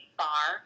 bar